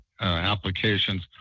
applications